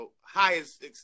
highest